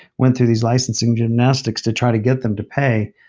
went through these licensing gymnastics to try to get them to pay,